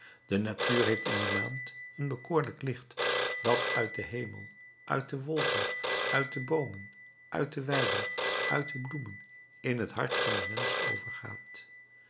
de natuur heeft in die maand een bekoorlijk licht dat uit den hemel uit de wolken uit de boomen uit de weiden uit de bloemen in het hart van den mensch overgaat